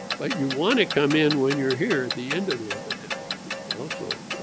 but you want to come in when you're here at the end of the epidemic also